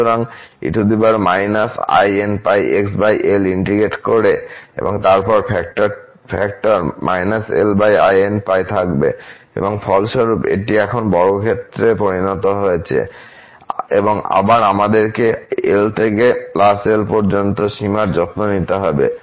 সুতরাংe -inπx l integrate করে এবং তারপর ফ্যাক্টর −linπ থাকবে এবং ফলস্বরূপ এটি এখন বর্গক্ষেত্রে পরিণত হয়েছে এবং আবার আমাদেরকে l থেকে প্লাস l পর্যন্ত সীমার যত্ন নিতে হবে